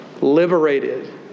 liberated